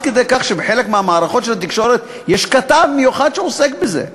כדי כך שבחלק ממערכות התקשורת יש כתב מיוחד שעוסק בזה,